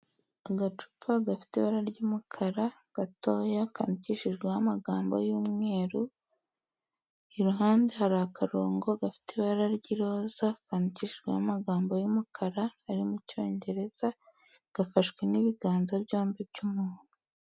Agacupa gafite ibara ry'umukara, gatoya, kandikishijweho amagambo y'umweru, iruhande hari akarongo gafite ibara ry'iroza kandikishijweho amagambo y'umukara ari mu cyongereza, gafashwe n'ibiganza byombi by'umuntu.